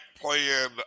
playing